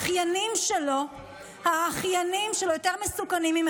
יותר מסוכנים.